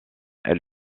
elle